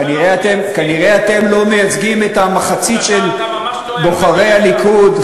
כנראה אתם לא מייצגים את המחצית של בוחרי הליכוד,